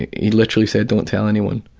he literally said don't tell anyone.